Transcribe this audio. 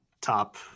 top